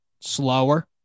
slower